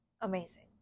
amazing